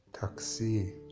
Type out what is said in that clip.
Taxi